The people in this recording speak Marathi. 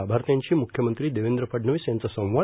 लाभार्थ्यांशी म्ख्यमंत्री देवेंद्र फडणवीस यांचा संवाद